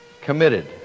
committed